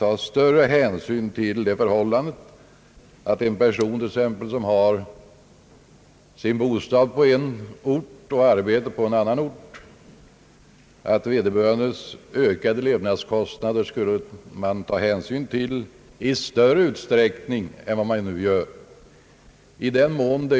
I motioner har begärts att man i större utsträckning än som nu är fallet skall ta hänsyn till de ökade levnadskostnaderna för en person, som har sin bostad på en ort och sitt arbete på en annan ort.